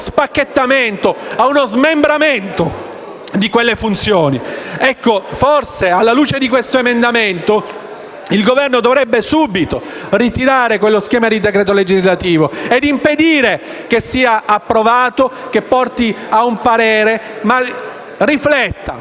a uno spacchettamento, a uno smembramento di quelle funzioni. Forse, alla luce di questo emendamento, il Governo dovrebbe subito ritirare lo schema di decreto legislativo e impedire che sia approvato e si arrivi a un parere. L'Esecutivo